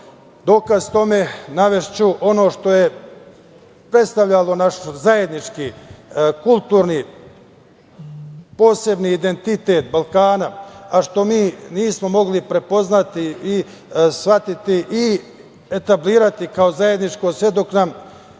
dokaz tome navešću ono što je predstavljalo naš zajednički kulturni posebni identitet Balkana, a što mi nismo mogli prepoznati i shvatiti i etablirati kao zajedničko, sve dok nam